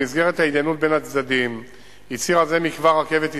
במסגרת ההתדיינות בין הצדדים הצהירה זה מכבר "רכבת ישראל"